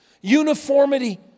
uniformity